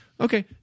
okay